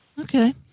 Okay